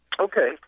Okay